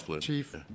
Chief